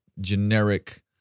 generic